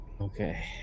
Okay